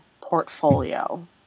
portfolio